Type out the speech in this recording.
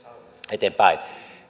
eteenpäin